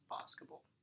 basketball